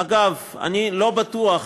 אגב, אני לא בטוח